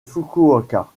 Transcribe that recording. fukuoka